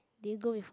did you go before